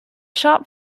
shop